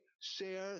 Share